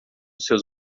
seus